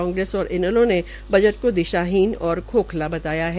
कांग्रेस और इनैलो ने बजट को दिशाहीन खोखला बताया है